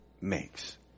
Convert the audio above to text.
makes